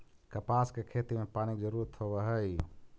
कपास के खेती में पानी के जरूरत होवऽ हई